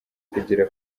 kugera